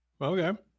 okay